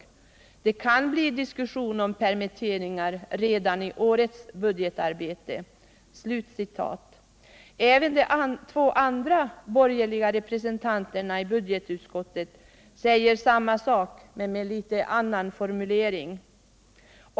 Det kan bli diskussion om permitteringar redan i årets budgetarbete.” Även de två andra borgerliga representanterna i budgetutskottet säger samma sak, men med något annan formulering.